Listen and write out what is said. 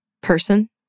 person